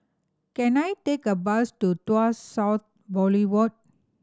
can I take a bus to Tuas South Boulevard